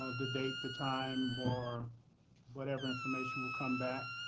the date, the time, or whatever information will come back